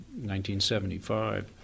1975